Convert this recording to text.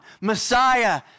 Messiah